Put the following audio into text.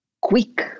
quick